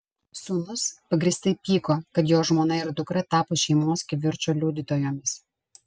sūnus pagrįstai pyko kad jo žmona ir dukra tapo šeimos kivirčo liudytojomis